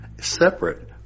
separate